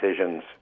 decisions